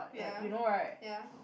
ya ya